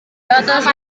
atas